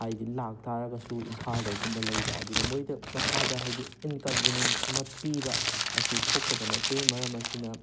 ꯍꯥꯏꯗꯤ ꯂꯥꯛꯇꯔꯒꯁꯨ ꯏꯝꯐꯥꯜꯗꯒꯨꯝꯕ ꯂꯩꯕ ꯑꯗꯨꯅ ꯃꯣꯏꯗ ꯃꯁꯥꯗ ꯍꯥꯏꯗꯤ ꯏꯟꯀꯟꯕꯤꯅꯦꯟꯁ ꯑꯃ ꯄꯤꯕ ꯑꯁꯤ ꯊꯣꯛꯇꯕ ꯅꯠꯇꯦ ꯃꯔꯝ ꯑꯁꯤꯅ